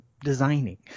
designing